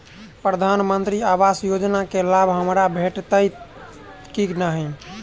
प्रधानमंत्री आवास योजना केँ लाभ हमरा भेटतय की नहि?